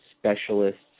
specialists